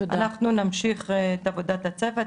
אנחנו נמשיך את עבודת הצוות,